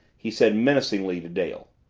he said menacingly to dale.